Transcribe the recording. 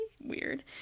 Weird